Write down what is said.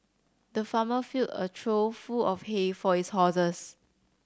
the farmer filled a trough full of hay for his horses